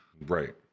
Right